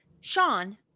sean